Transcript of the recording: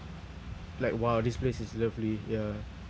like !wow! this place is lovely ya